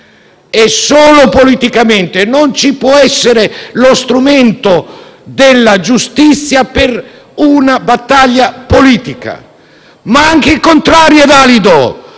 e solo politicamente. Non ci può essere lo strumento della giustizia per una battaglia politica. Ma anche il contrario è valido: